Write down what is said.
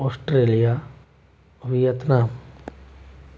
Australia Vietnam